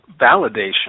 validation